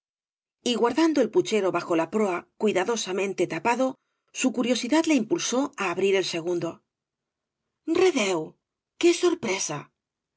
y guardando el puchero bajo la proa cuidadosamente tapado su curiosidad le impulsó á abrir el segundo redeu qué sorpresa